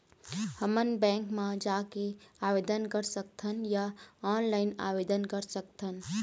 हमन बैंक मा जाके आवेदन कर सकथन या ऑनलाइन आवेदन कर सकथन?